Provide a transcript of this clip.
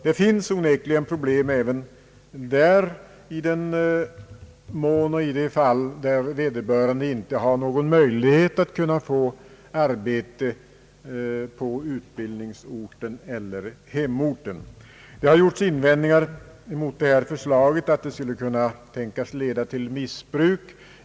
Det finns onekligen problem för dem i de fall där vederbörande inte har möjlighet att få arbete på utbildningseller hemorten. Det har gjorts invändningar mot detta förslag, och man har sagt att det kunde tänkas leda till missbruk.